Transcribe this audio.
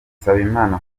nsabimana